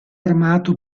armato